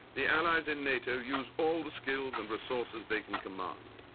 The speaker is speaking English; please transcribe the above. the allies in nato use all the skills and resources they can command.